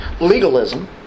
legalism